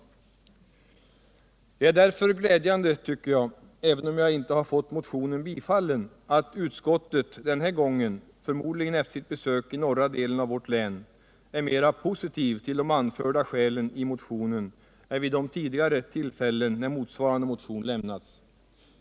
Även om jag inte fått motionen bifallen tycker jag därför att det är glädjande att utskottet den här gången — förmodligen efter sitt besök i den norra delen av vårt län — är mera positivt till de i motionen anförda skälen än vid de tidigare tillfällen då motsvarande motion lämnats.